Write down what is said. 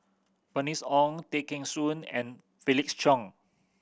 Bernice Ong Tay Kheng Soon and Felix Cheong